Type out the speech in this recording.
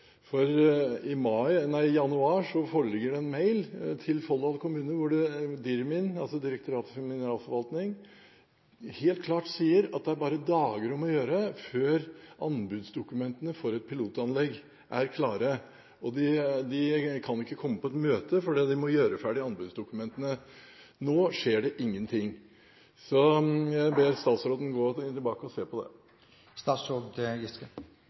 for i januar forelå det en mail til Folldal kommune hvor Dirmin, Direktoratet for mineralforvaltning, helt klart sier at det bare er dager om å gjøre før anbudsdokumentene for et pilotanlegg er klare, og at de ikke kan komme på et møte fordi de må gjøre ferdig anbudsdokumentene. Nå skjer det ingenting, så jeg ber statsråden gå tilbake og se på det.